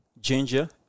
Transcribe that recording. ginger